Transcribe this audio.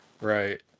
Right